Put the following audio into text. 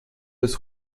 des